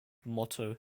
motto